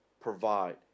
provide